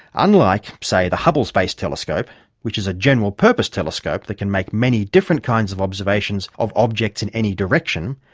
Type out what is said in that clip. unlike, say, the hubble space telescope which is a general purpose telescope that can make many different kinds of observations of objects in any direction,